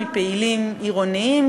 מפעילים עירוניים,